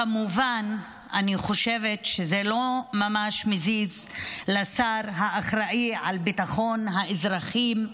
כמובן אני חושבת שזה לא ממש מזיז לשר האחראי על ביטחון האזרחים,